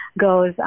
goes